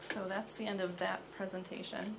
so that's the end of that presentation